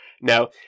Now